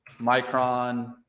Micron